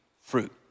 fruit